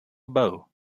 bow